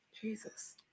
Jesus